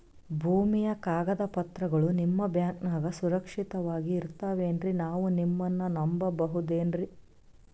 ಭೂಮಿಯ ಕಾಗದ ಪತ್ರಗಳು ನಿಮ್ಮ ಬ್ಯಾಂಕನಾಗ ಸುರಕ್ಷಿತವಾಗಿ ಇರತಾವೇನ್ರಿ ನಾವು ನಿಮ್ಮನ್ನ ನಮ್ ಬಬಹುದೇನ್ರಿ?